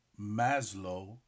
Maslow